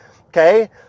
Okay